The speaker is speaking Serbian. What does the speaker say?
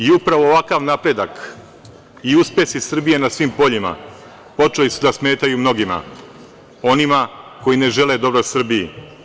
Upravo ovakav napredak i uspesi Srbije na svim poljima počeli su da smetaju mnogima, onima koji ne žele dobro Srbiji.